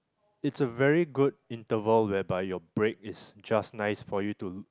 it's a very good interval whereby your break is just nice for you to